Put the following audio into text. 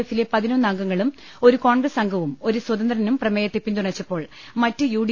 എഫിലെ പതിനൊന്ന് അംഗങ്ങളും ഒരു കോൺഗ്രസ് അംഗവും ഒരു സ്വതന്ത്രനും പ്രമേയത്തെ പിന്തുണച്ചപ്പോൾ മറ്റ് യു ഡി